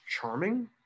charming